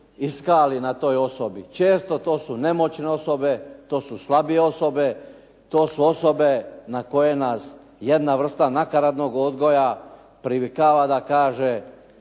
iskali na toj osobi. Često to su nemoćne osobe, to su slabije osobe, to su osobe na koje nas jedna vrsta nakaradnog odgoja privikava da kaže